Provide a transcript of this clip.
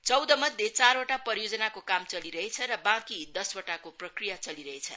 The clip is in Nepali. चौधमध्ये चारवटा परियोजनाको काम चलिरहेको छ बाँकी दशवटाको प्रक्रिया चलिरहेछ